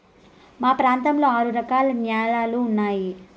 మా ప్రాంతంలో ఆరు రకాల న్యాలలు ఉన్నాయి